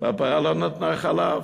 והפרה לא נתנה חלב.